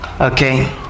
okay